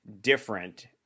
different